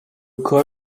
col